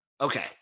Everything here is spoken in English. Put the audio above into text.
Okay